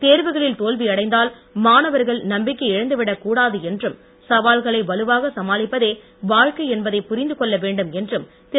தேர்வுகளில் தோல்வி அடைந்தால் மாணவர்கள் நம்பிக்கையை இழந்துவிடக் கூடாது என்றும் சவால்களை வலுவாக சமாளிப்பதே வாழ்க்கை என்பதைப் புரிந்துகொள்ள வேண்டும் என்றும் திரு